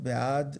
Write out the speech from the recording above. בעד.